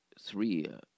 three